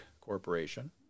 corporation